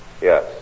Yes